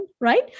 right